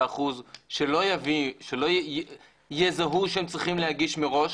אחוזים שלא יזהו שהם צריכים להגיש מראש,